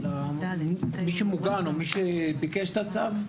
למי שמוגן או למי שביקש את הצו?